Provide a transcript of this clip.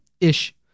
ish